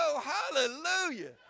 hallelujah